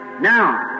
Now